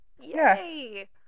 yay